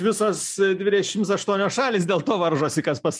visos dvidešim aštuonios šalys dėl to varžosi kas pas save